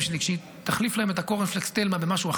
שלי כשהיא תחליף להם את קורנפלקס תלמה במשהו אחר,